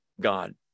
God